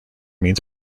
means